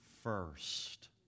first